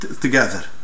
together